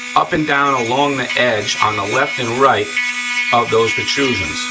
up and down along the edge, on the left and right of those protrusions.